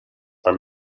are